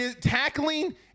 tackling